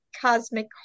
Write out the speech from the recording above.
cosmic